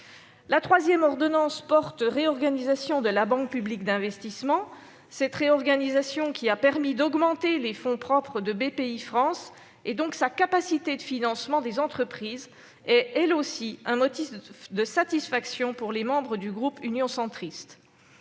La troisième ordonnance porte réorganisation de la Banque publique d'investissement. Cette réorganisation, qui a permis d'augmenter les fonds propres de Bpifrance, donc sa capacité de financement des entreprises, est, elle aussi, un motif de satisfaction pour les membres du groupe Union Centriste.